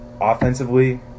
offensively